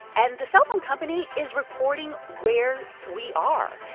and the cellphone company is recording where we are.